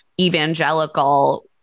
evangelical